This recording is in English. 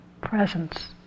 presence